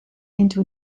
into